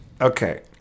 Okay